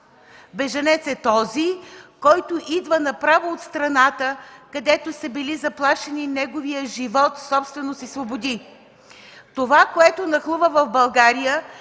Бежанец е този, който идва направо от страната, където са били заплашени неговият живот, собственост и свободи. Това, което нахлува в България,